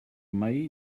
may